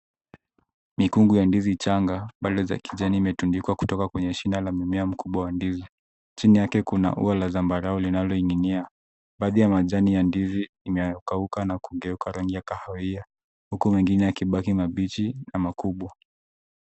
Mikungu ya ndizi changa bado za kijani limetundikwa kutoka kwenye shina la mimea mkubwa wa ndizi. Chini yake kuna ua la zambarau linaloning'inia. Baadhi ya majani ya ndizi inayokauka na kugeuka rangi ya kahawia huku mengine yakibaki mabichi na makubwa.